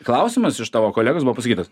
klausimas iš tavo kolegos buvo pasakytas